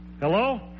Hello